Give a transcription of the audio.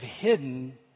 hidden